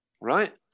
right